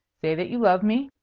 say that you love me.